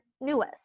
Newest